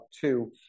two